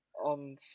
on